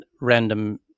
random